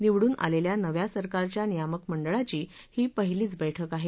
निवडून आलेल्या नव्या सरकारच्या नियामक मंडळाची ही पहिली बैठक आहे